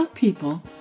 people